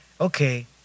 okay